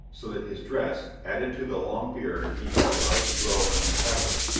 so that his dress, added to the long beard he had allowed to grow on his travels,